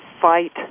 fight